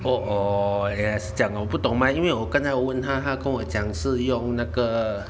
oh oh 原来是这样我不懂吗因为我刚才我问他他跟我讲是用那个